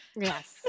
Yes